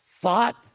thought